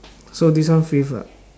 so this one fifth ah